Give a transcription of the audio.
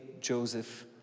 Joseph